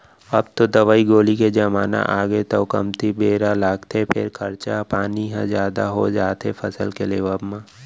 अब तो दवई गोली के जमाना आगे तौ कमती बेरा लागथे फेर खरचा पानी ह जादा हो जाथे फसल के लेवब म